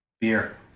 Beer